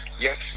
yes